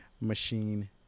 Machine